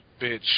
bitch